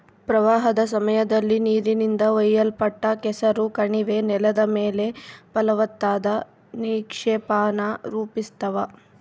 ಪ್ರವಾಹದ ಸಮಯದಲ್ಲಿ ನೀರಿನಿಂದ ಒಯ್ಯಲ್ಪಟ್ಟ ಕೆಸರು ಕಣಿವೆ ನೆಲದ ಮೇಲೆ ಫಲವತ್ತಾದ ನಿಕ್ಷೇಪಾನ ರೂಪಿಸ್ತವ